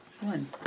One